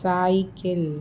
cycle